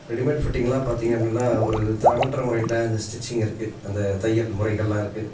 readymade ஃபிட்டிங்கெல்லாம் பார்த்திங்க அப்படின்னா ஒரு தரமற்ற முறையில் அந்த ஸ்ட்ரிச்சிங் இருக்குது அந்த தையல் முறைகள்லாம் இருக்குது